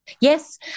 Yes